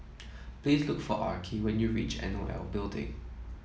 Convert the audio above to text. please look for Arkie when you reach N O L Building